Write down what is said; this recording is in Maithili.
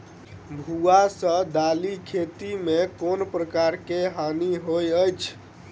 भुआ सँ दालि खेती मे केँ प्रकार केँ हानि होइ अछि?